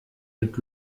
mit